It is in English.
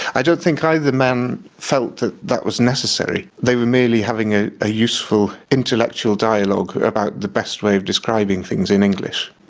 i don't think either man felt that that was necessary, they were merely having a useful intellectual dialogue about the best way of describing things in english.